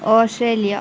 Australia